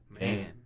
Man